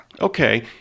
Okay